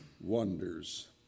wonders